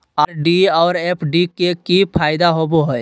RD और FD के की फायदा होबो हइ?